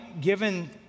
given